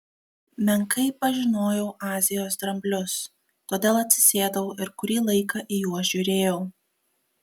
menkai pažinojau azijos dramblius todėl atsisėdau ir kurį laiką į juos žiūrėjau